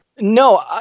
No